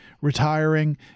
retiring